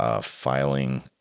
filing